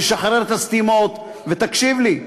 תשחרר את הסתימות ותקשיב לי.